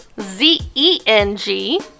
Z-E-N-G